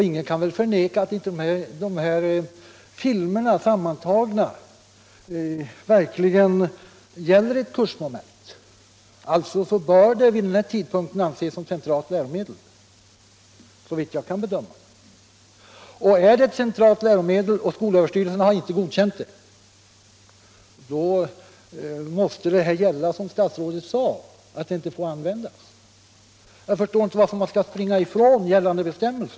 Ingen kan förneka att de här filmerna sammantagna gäller ett kursmoment. Alltså bör de vid tidpunkten i fråga anses vara ett centralt läromedel. Och om de är ett centralt läromedel och skolöverstyrelsen inte har godkänt dem kan de inte få användas, som statsrådet sade. Jag förstår inte varför man skall springa ifrån gällande bestämmelser.